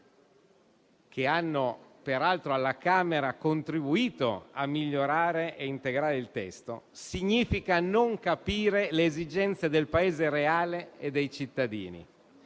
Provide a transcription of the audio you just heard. che hanno peraltro alla Camera contribuito a migliorare e integrare il testo, significa non capire le esigenze del Paese reale e dei cittadini.